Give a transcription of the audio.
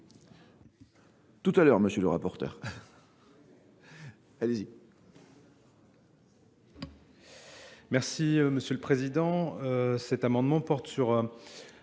Tout à l'heure monsieur le rapporteur. Allez-y. Merci, monsieur le Président. Cet amendement porte sur